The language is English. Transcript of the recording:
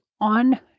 on